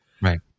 right